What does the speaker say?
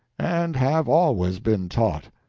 and have always been taught.